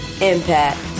impact